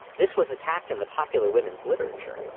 this was attacked in the popular women's literature.